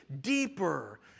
deeper